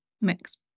mix